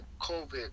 COVID